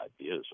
ideas